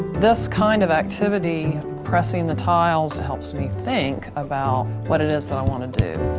this kind of activity, pressing the tiles, helps me think about what it is that i want to do.